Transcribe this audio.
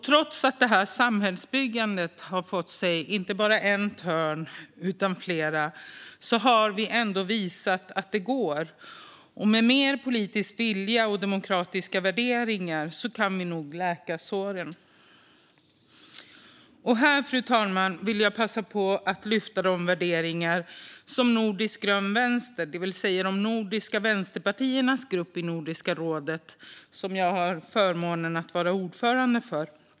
Trots att det här samhällsbyggandet har fått sig inte bara en törn utan flera har vi visat att det går, och med mer politisk vilja och demokratiska värderingar kan vi nog läka såren. Här, fru talman, vill jag passa på att lyfta fram de värderingar som Nordisk grön vänster står för. Detta är de nordiska vänsterpartiernas grupp i Nordiska rådet, som jag har förmånen att vara ordförande för.